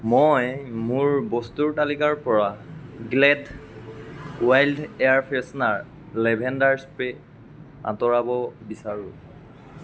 মই মোৰ বস্তুৰ তালিকাৰ পৰা Glade wild air freshener lavender spray আঁতৰাব বিচাৰোঁ